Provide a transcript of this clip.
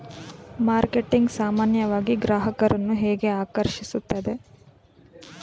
Marketing ಸಾಮಾನ್ಯವಾಗಿ ಗ್ರಾಹಕರನ್ನು ಹೇಗೆ ಆಕರ್ಷಿಸುತ್ತದೆ?